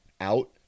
out